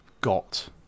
got